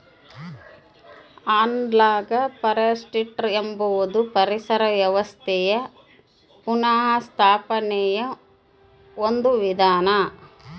analogue forestry ಎಂಬುದು ಪರಿಸರ ವ್ಯವಸ್ಥೆಯ ಪುನಃಸ್ಥಾಪನೆಯ ಒಂದು ವಿಧಾನ